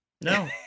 No